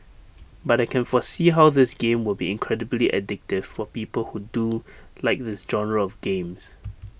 but I can foresee how this game will be incredibly addictive for people who do like this genre of games